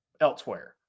elsewhere